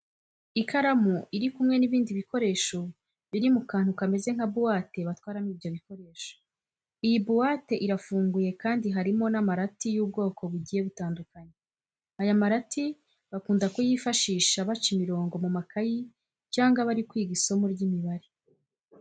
Ikaramu iri kumwe n'ibindi bikoresho biri mu kantu kameze nka buwate batwaramo ibyo bikoresho. Iyi buwate irafunguye kandi harimo n'amarati y'ubwoko bugiye butandukanye. Aya marati bakunda kuyifashisha baca imirongo mu makayi cyangwa bari kwiga isomo ry'imibare.